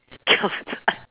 giam cai